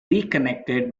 reconnected